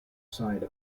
side